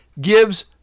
gives